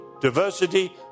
Diversity